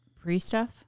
Pre-stuff